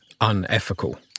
unethical